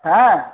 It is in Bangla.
হ্যাঁ